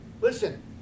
Listen